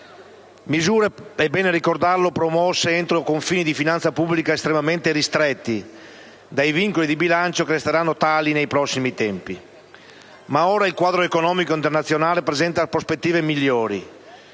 Misure, è bene ricordarlo, promosse entro confini di finanza pubblica estremamente ristretti dai vincoli di bilancio che resteranno tali nei prossimi tempi. Ma ora il quadro economico internazionale presenta prospettive migliori.